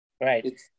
right